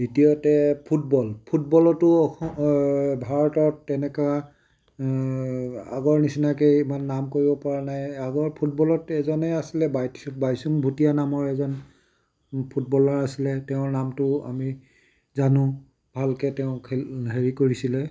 দ্বিতীয়তে ফুটবল ফুটবলতো অস ভাৰতত তেনেকুৱা আগৰ নিচিনাকৈ ইমান নাম কৰিব পৰা নাই আগৰ ফুটবলত এজনেই আছিলে বাইচু বাইচুং ভুটীয়া নামৰ এজন ফুটবলাৰ আছিলে তেওঁৰ নামটো আমি জানো ভালকৈ তেওঁ খেল হেৰি কৰিছিলে